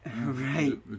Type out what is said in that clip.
Right